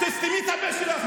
תסתמי את הפה שלך.